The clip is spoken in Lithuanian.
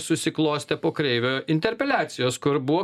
susiklostė po kreivio interpeliacijos kur buvo